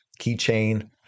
keychain